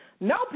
No